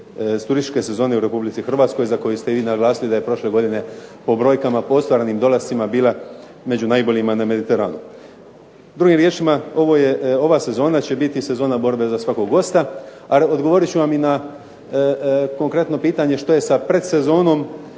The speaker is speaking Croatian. turističke sezone u Republici Hrvatskoj za koju ste i vi naglasili da je prošle godine po brojkama …/Govornik se ne razumije./… dolascima bila među najboljima na Mediteranu. Drugim riječima, ova sezona će biti sezona borbe za svakog gosta. A odgovorit ću vam i na konkretno pitanje što je sa predsezonom